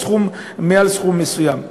ומעל סכום מסוים.